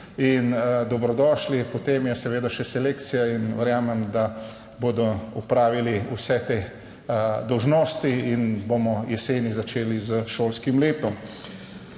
in dobrodošli. Potem je seveda še selekcija in verjamem, da bodo opravili vse te dolžnosti in bomo jeseni začeli s šolskim letom.